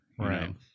Right